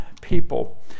people